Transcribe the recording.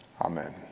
Amen